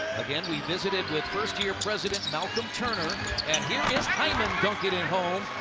again, we visited with first year president malcolm turner. here is hyman dunking it home,